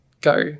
go